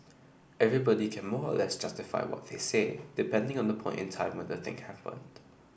everybody can more or less justify what they say depending on the point in time when the thing happened